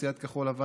מסיעת כחול לבן,